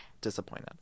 disappointed